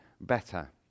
better